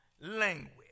language